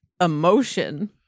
emotion